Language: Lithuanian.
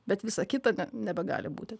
bet visa kita nebegali būti